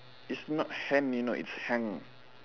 it's not hand you know it's hang